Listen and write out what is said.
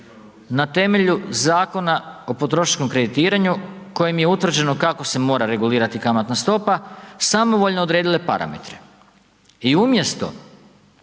na temelju Zakona o potrošačkom kreditiranju kojim je utvrđeno kako se mora regulirati kamatna stopa samovoljno odredile parametre i umjesto